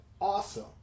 awesome